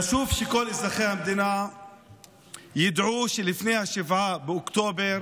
חשוב שכל אזרחי המדינה ידעו שלפני 7 באוקטובר